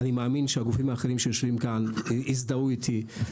אני מאמין שהגופים האחרים שיושבים כאן יזדהו איתי,